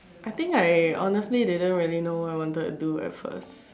I think I honestly didn't really know what I wanted to do at first